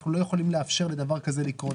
אנחנו לא יכולים לאפשר לדבר כזה לקרות,